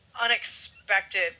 unexpected